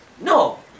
No